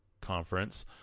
conference